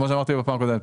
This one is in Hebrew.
כמו שאמרתי בפעם הקודמת,